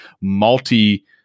multi-